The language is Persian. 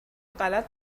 غلط